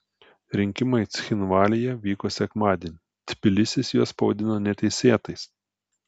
rinkimai cchinvalyje vyko sekmadienį tbilisis juos pavadino neteisėtais